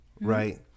Right